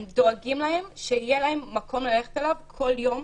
הם דואגים להם שיהיה להם מקום ללכת אליו כל יום,